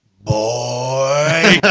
boy